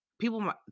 People